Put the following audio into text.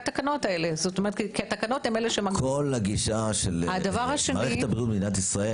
כל הגישה של מערכת הבריאות במדינת ישראל,